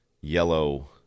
yellow